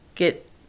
get